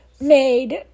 made